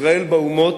"ישראל באומות,